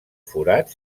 forat